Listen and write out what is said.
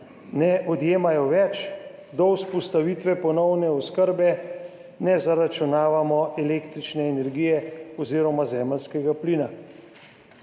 ne odjemajo več, do vzpostavitve ponovne oskrbe ne zaračunavamo električne energije oziroma zemeljskega plina,